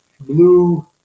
blue